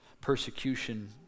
Persecution